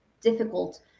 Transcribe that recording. difficult